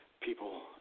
people